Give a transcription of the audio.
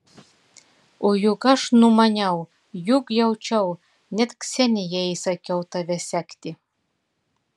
o juk aš numaniau juk jaučiau net ksenijai įsakiau tave sekti